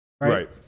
Right